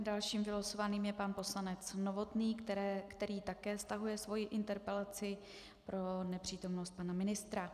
Dalším vylosovaným je pan poslanec Novotný, který také stahuje svou interpelaci pro nepřítomnost pana ministra.